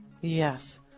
yes